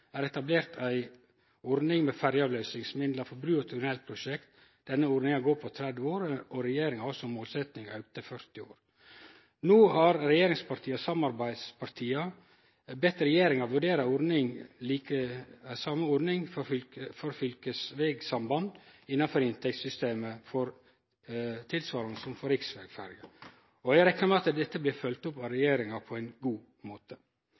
Denne ordninga går på 30 år, og regjeringa har som målsetjing å auke til 40 år. No har regjeringspartia og samarbeidspartia bedt regjeringa vurdere same ordning for fylkesvegsamband innanfor inntektssystemet, tilsvarande som for riksvegferjer, og eg reknar med at dette blir følgt opp av regjeringa på ein god måte.